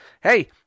hey